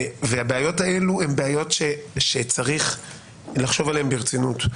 והבעיות האלה הן בעיות שצריך לחשוב עליהן ברצינות.